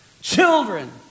Children